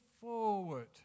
forward